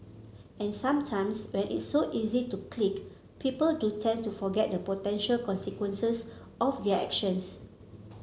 and sometimes when it's so easy to click people do tend to forget the potential consequences of their actions